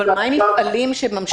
מה עם מפעלים שממשיכים לעבוד?